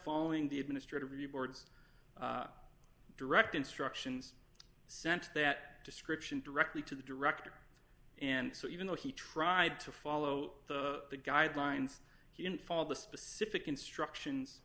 following the administrative review boards direct instructions sent that description directly to the director and so even though he tried to follow the guidelines he didn't fall the specific instructions